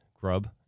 grub